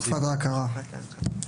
(ג)